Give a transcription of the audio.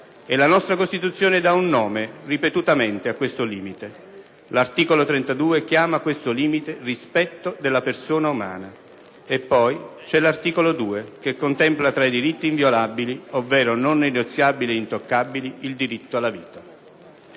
E la nostra Costituzione dà un nome ripetutamente a questo limite l'articolo 32 chiama questo limite rispetto della persona umana. E poi c'è l'articolo 2, che contempla tra i diritti inviolabili, ovvero non negoziabili e intoccabili, il diritto alla vita».